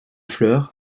fleurs